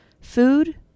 food